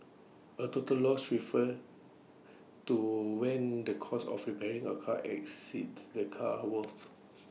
A total loss refers to when the cost of repairing A car exceeds the car's worth